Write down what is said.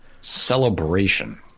celebration